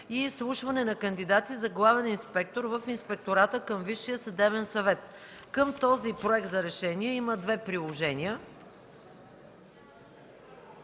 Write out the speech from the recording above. и изслушване на кандидати за главен инспектор в Инспектората към Висшия съдебен съвет. Към този Проект за решение има две приложения,